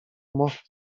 most